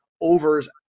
overs